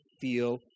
feel